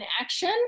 action